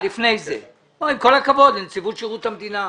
עם כל הכבוד לנציבות שירות המדינה,